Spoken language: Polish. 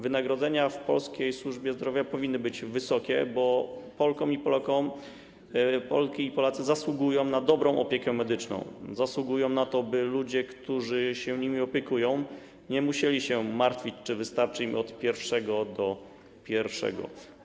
Wynagrodzenia w polskiej służbie zdrowia powinny być wysokie, bo Polki i Polacy zasługują na dobrą opiekę medyczną, zasługują na to, by ludzie, którzy się nimi opiekują, nie musieli się martwić, czy wystarczy im od pierwszego do pierwszego.